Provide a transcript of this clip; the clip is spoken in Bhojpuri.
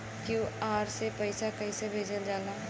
क्यू.आर से पैसा कैसे भेजल जाला?